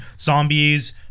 zombies